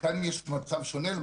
וכאן יש מצב שונה.